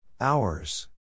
Hours